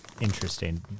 interesting